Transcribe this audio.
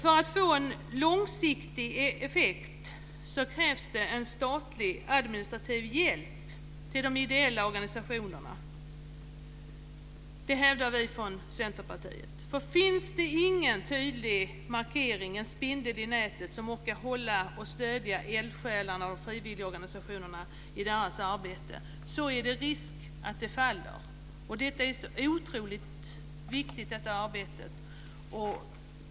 För att få en långsiktig effekt krävs en statlig administrativ hjälp till de ideella organisationerna. Det hävdar vi från Centerpartiet. Finns det ingen tydlig markering, en spindel i nätet som orkar stödja eldsjälarna och frivilligorganisationerna i deras arbete, är det risk att det faller. Det arbetet är otroligt viktigt.